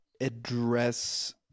address